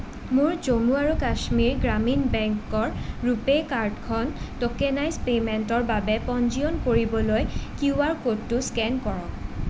মোৰ জম্মু আৰু কাশ্মীৰ গ্ৰামীণ বেংকৰ ৰুপে কাৰ্ডখন ট'কেনাইজ্ড পে'মেণ্টৰ বাবে পঞ্জীয়ন কৰিবলৈ কিউআৰ ক'ডটো স্কেন কৰক